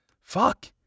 fuck